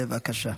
בבקשה.